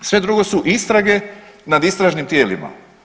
Sve drugo su istrage nad istražnim tijelima.